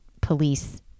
police